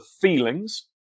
feelings